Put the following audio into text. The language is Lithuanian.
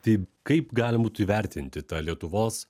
tai kaip galima būtų įvertinti tą lietuvos